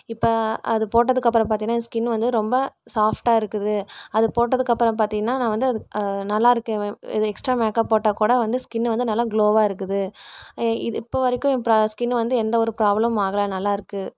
இப்போ அது போட்டதுக்கு அப்புறம் பார்த்தின்னா என் ஸ்கின் வந்து ரொம்ப ஷாப்டாக இருக்குது அது போட்டதுக்கு அப்புறம் பார்த்தின்னா நான் வந்து நல்லா இருக்கேன் எக்ஸ்ட்ரா மேக்கப் போட்டாக்கூட வந்து ஸ்கின்னை வந்து நல்லா குளோவாக இருக்குது ஏ இது இப்போவரைக்கும் என் பிரா ஸ்கின்னு வந்து எந்தவொரு ப்ராப்ளம் ஆகலை நல்லாருக்குது